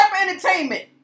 entertainment